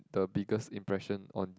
the biggest impression on